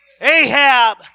Ahab